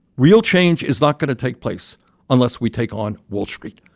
real change is not going to take place unless we take on wall street,